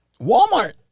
Walmart